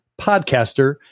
podcaster